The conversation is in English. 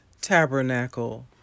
tabernacle